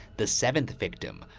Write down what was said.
the seventh victim,